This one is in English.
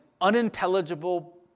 unintelligible